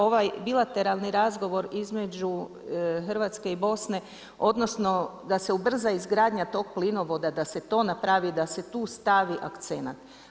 Ovaj bilateralni razgovor između Hrvatske i Bosne, odnosno da se ubrza izgradnja tog plinovoda, da se to napravi, da se tu stavi akcenat.